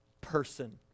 person